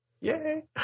Yay